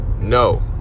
no